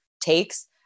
takes